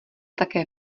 také